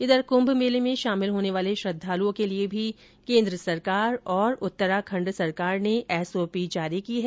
इधर कुंभ मेले में शामिल होने वाले श्रद्दालुओं के लिए भी केंद्र सरकार और उत्तराखंड सरकार ने एसओपी जारी की है